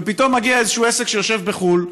ופתאום מגיע איזשהו עסק שיושב בחו"ל,